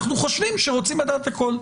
אנחנו חושבים שרוצים לדעת הכול.